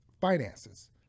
finances